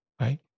right